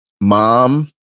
mom